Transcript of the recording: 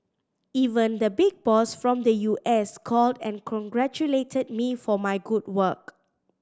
even the big boss from the U S called and congratulated me for my good work